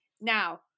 Now